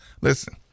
listen